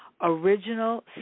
original